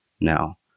now